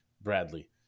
bradley